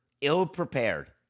ill-prepared